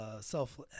self